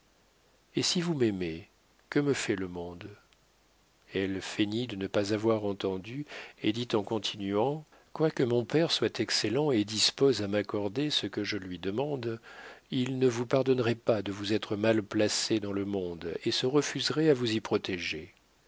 et si vous m'aimez que me fait le monde elle feignit de ne pas avoir entendu et dit en continuant quoique mon père soit excellent et disposé à m'accorder ce que je lui demande il ne vous pardonnerait pas de vous être mal placé dans le monde et se refuserait à vous y protéger